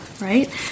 right